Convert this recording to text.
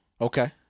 Okay